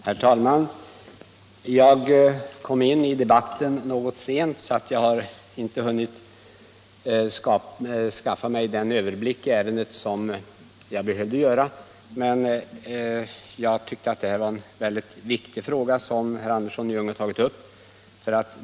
Herr talman! Jag har kommit in i denna debatt något sent och har tyvärr inte hunnit skaffa mig den överblick i ärendet som jag behövt ha. Men jag tycker att det är en mycket viktig fråga som herr Andersson i Ljung här har tagit upp.